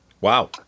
Wow